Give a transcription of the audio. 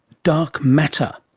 dark matter.